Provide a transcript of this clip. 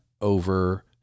over